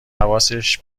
حواسش